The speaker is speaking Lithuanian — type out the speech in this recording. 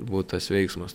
būt tas veiksmas